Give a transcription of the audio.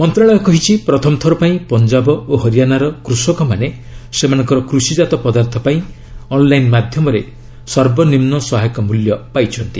ମନ୍ତ୍ରଣାଳୟ କହିଛି ପ୍ରଥମ ଥରପାଇଁ ପଞ୍ଜାବ ଓ ହରିୟାଣାର କୃଷକମାନେ ସେମାନଙ୍କର କୃଷିକାତ ପଦାର୍ଥପାଇଁ ଅନ୍ଲାଇନ ମାଧ୍ୟମରେ ସର୍ବନିମ୍ନ ସହାୟକ ମୂଲ୍ୟ ପାଇଛନ୍ତି